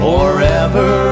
Forever